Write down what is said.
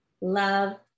love